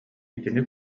итини